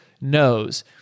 knows